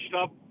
up